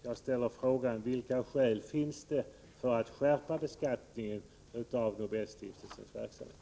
Jag ställer då frågan: Vilka skäl finns för att skärpa beskattningen av Nobelstiftelsens verksamhet?